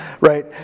right